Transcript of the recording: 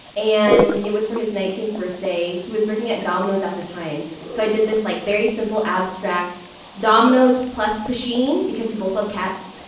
and it was for his nineteenth birthday. he was working at domino's at the time. so i did this like very simple, abstract domino's plus pusheen because we both love cats.